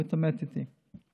הוא התעמת איתי.